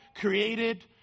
created